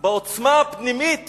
בעוצמה הפנימית